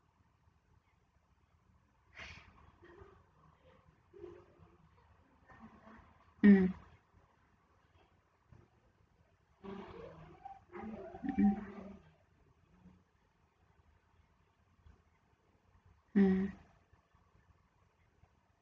mm mm